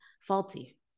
faulty